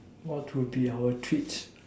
what to be our twitch